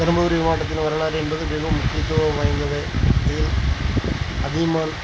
தர்மபுரி மாவட்டத்தில் வரலாறு என்பது மிக முக்கியத்துவம் வாய்ந்தது அதில் அதியமான்